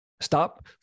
Stop